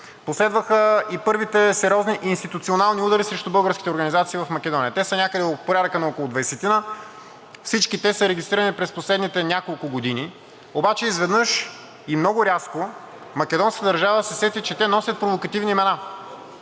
последваха и първите сериозни институционални удари срещу българските организации в Македония. Те са някъде от порядъка на около двайсетина, всички те са регистрирани през последните няколко години, обаче изведнъж и много рязко македонската държава се сети, че те носят провокативни имена.